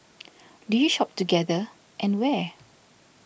do you shop together and where